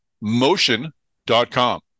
motion.com